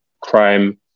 crime